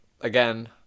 Again